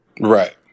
Right